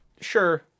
Sure